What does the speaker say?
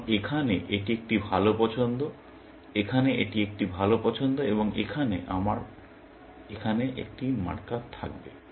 কারণ এখানে এটি একটি ভাল পছন্দ এখানে এটি একটি ভাল পছন্দ এবং এখানে আমার এখানে একটি মার্কার থাকবে